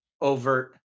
overt